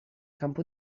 campo